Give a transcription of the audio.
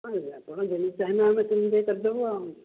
ନାଇଁ ଆପଣ ଯେମିତି ଚାହିଁବେ ଆମେ ସେମିତି ଟିକେ କରିଦେବୁ ଆଉ